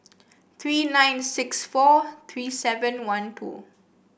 three nine six four three seven one two